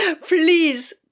Please